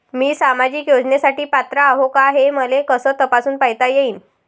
मी सामाजिक योजनेसाठी पात्र आहो का, हे मले कस तपासून पायता येईन?